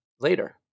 later